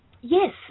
yes